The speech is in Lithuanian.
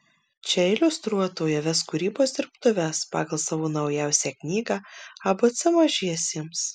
čia iliustruotoja ves kūrybos dirbtuves pagal savo naujausią knygą abc mažiesiems